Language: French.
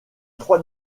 trois